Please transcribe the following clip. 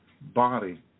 body